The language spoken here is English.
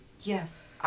Yes